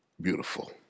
Beautiful